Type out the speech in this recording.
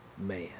man